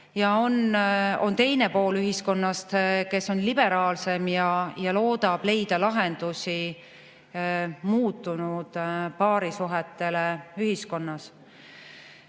Ja on teine pool ühiskonnast, kes on liberaalsem ja loodab leida lahendusi muutunud paarisuhetele ühiskonnas.